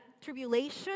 tribulation